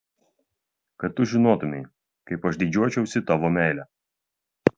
kad tu žinotumei kaip aš didžiuočiausi tavo meile